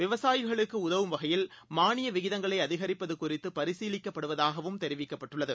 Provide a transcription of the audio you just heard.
விவசாயிகளுக்குஉதவும்வகையில்மானியவிகிதங்களைஅதிகரிப்பதுகுறித்துபரி சீலிக்கப்படுவதாகவும்தெரிவிக்கப்பட்டுள்ளது